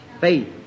Faith